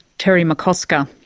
terry mccosker.